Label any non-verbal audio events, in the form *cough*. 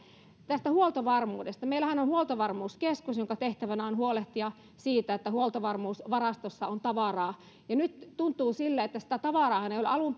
tästä huoltovarmuudesta meillähän on on huoltovarmuuskeskus jonka tehtävänä on huolehtia siitä että huoltovarmuusvarastossa on tavaraa nyt tuntuu sille että sitä tavaraahan ei ole alun *unintelligible*